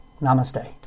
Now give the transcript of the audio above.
Namaste